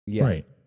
Right